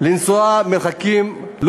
נאלץ לנסוע מרחקים לא